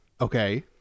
Okay